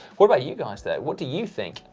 what about you guys though. what do you think?